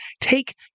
take